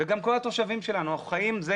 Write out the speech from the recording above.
גם כל התושבים שלנו כך.